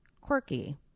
quirky